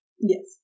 Yes